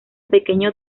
pequeño